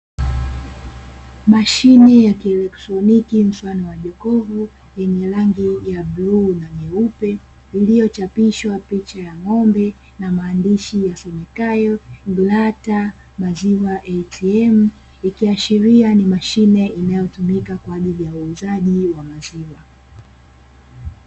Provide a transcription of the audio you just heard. Mashine ya kielektroniki mfano wa jokofu yenye rangi ya bluu na nyeupe, iliyochapishwa picha ya ng'ombe na maandishi yasomekayo Glata Maziwa Atm, ikiashiriwa ni mashine inayotumika kwa ajili ya uuzaji wa maziwa.